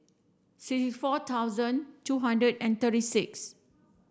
sixty four thousand two hundred and thirty six